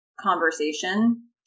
conversation